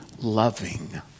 loving